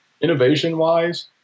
innovation-wise